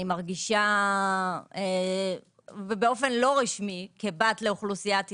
אני מרגישה באופן לא רשמי כבת לאוכלוסיית ייצוג.